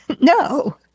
No